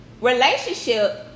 relationship